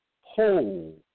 whole